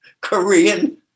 Korean